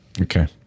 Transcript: okay